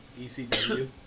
ECW